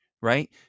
right